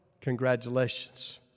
Congratulations